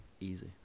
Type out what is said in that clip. Easy